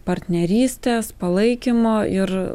partnerystės palaikymo ir